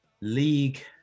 League